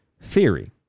theory